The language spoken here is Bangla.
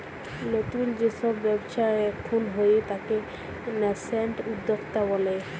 লতুল যে সব ব্যবচ্ছা এখুন হয়ে তাকে ন্যাসেন্ট উদ্যক্তা ব্যলে